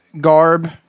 garb